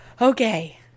Okay